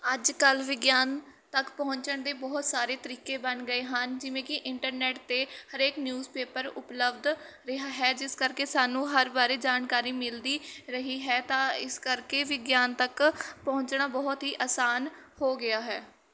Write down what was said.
ਅੱਜ ਕੱਲ੍ਹ ਵਿਗਿਆਨ ਤੱਕ ਪਹੁੰਚਣ ਦੇ ਬਹੁਤ ਸਾਰੇ ਤਰੀਕੇ ਬਣ ਗਏ ਹਨ ਜਿਵੇਂ ਕਿ ਇੰਟਰਨੈੱਟ 'ਤੇ ਹਰੇਕ ਨਿਊਜ਼ਪੇਪਰ ਉਪਲਬਧ ਰਿਹਾ ਹੈ ਜਿਸ ਕਰਕੇ ਸਾਨੂੰ ਹਰ ਬਾਰੇ ਜਾਣਕਾਰੀ ਮਿਲਦੀ ਰਹੀ ਹੈ ਤਾਂ ਇਸ ਕਰਕੇ ਵਿਗਿਆਨ ਤੱਕ ਪਹੁੰਚਣਾ ਬਹੁਤ ਹੀ ਆਸਾਨ ਹੋ ਗਿਆ ਹੈ